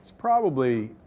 probably